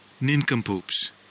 nincompoops